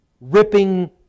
ripping